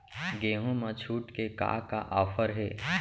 गेहूँ मा छूट के का का ऑफ़र हे?